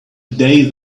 day